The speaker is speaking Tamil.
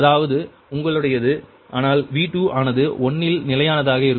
அதாவது உங்களுடையது ஆனால் V2 ஆனது 1 இல் நிலையானதாக இருக்கும்